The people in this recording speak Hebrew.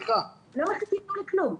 לא מחכים לכלום.